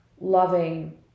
loving